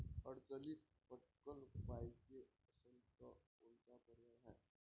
अडचणीत पटकण पायजे असन तर कोनचा पर्याय हाय?